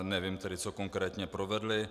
Nevím tedy, co konkrétně provedli.